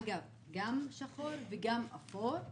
אגב, גם שחור וגם אפור,